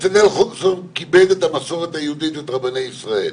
"כצנלסון כיבד את המסורת היהודית ואת רבני ישראל.